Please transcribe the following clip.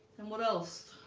and what else